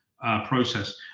process